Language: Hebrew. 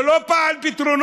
זה לא בא על פתרונו,